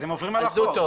אז הם עוברים על החוק.